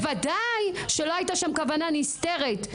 בוודאי שלא הייתה שם כוונה נסתרת.